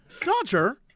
Dodger